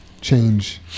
change